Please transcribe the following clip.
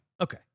Okay